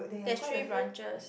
there's three branches